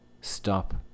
stop